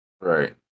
right